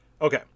Okay